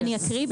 אני אקריא.